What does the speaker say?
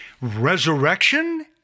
resurrection